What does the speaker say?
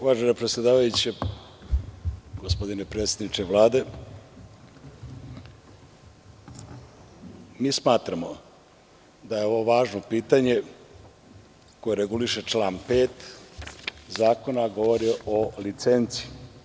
Uvažena predsedavajuća, gospodine predsedniče Vlade, mi smatramo da je ovo važno pitanje koje reguliše član 5. zakona, a govori o licenci.